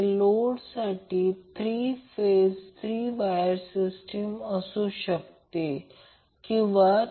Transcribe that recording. त्याचप्रमाणे Yt three phase circuit जे हे रोटर आहे हे मॅग्नेट आहे असे समजा की ते फिरत आहे